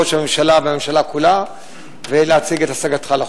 ראש הממשלה והממשלה כולה ולהציג את השגתך לחוק הזה.